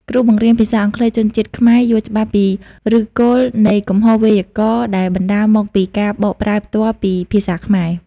គ្រូបង្រៀនភាសាអង់គ្លេសជនជាតិខ្មែរយល់ច្បាស់ពីឫសគល់នៃកំហុសវេយ្យាករណ៍ដែលបណ្តាលមកពីការបកប្រែផ្ទាល់ពីភាសាខ្មែរ។